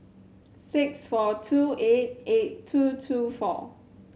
six four two eight eight two two four